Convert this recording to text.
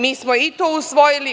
Mi smo i to usvojili.